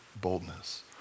boldness